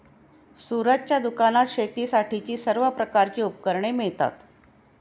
सूरजच्या दुकानात शेतीसाठीची सर्व प्रकारची उपकरणे मिळतात